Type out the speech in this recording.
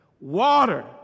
water